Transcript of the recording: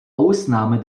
ausnahme